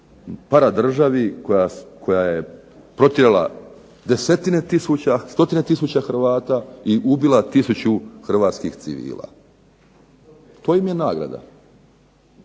paradržavi koja je protjerala desetine i stotine tisuća Hrvata i ubila tisuću hrvatskih civila. To im je nagrada.